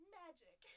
magic